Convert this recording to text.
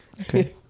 Okay